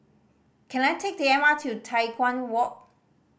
can I take the M R T to Tai Hwan Walk